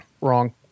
Wrong